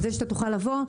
על זה שאתה תוכל לבוא,